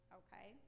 okay